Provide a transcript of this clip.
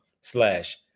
slash